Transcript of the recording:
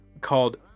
called